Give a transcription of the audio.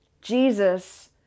Jesus